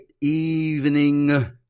evening